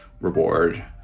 reward